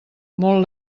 molt